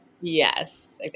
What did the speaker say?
Yes